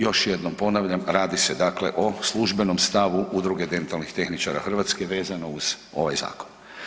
Još jednom ponavljam, radi se dakle o službenom stavu Udruge dentalnih tehničara Hrvatske vezano uz ovaj zakon.